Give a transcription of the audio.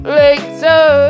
later